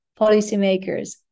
policymakers